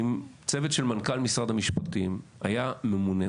אם צוות של מנכ"ל משרד המשפטים היה ממונה,